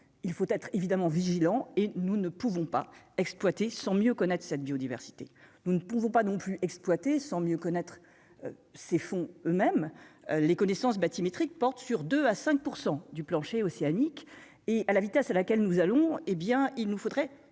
il faut être évidemment vigilants et nous ne pouvons pas exploiter sans mieux connaître cette biodiversité, nous ne pouvons pas non plus exploiter sans mieux connaître ces fonds eux-mêmes les connaissances bathymétrie que porte sur 2 à 5 % du plancher océanique et à la vitesse à laquelle nous allons hé bien il nous faudrait 3500